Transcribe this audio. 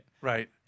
Right